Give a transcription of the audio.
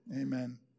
Amen